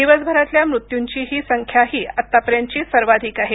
दिवसभरातल्या मृत्यूंची ही संख्याही आतापर्यंतची सर्वाधिक आहे